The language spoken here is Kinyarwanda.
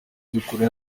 by’ukuri